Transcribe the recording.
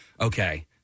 Okay